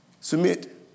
Submit